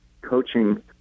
coaching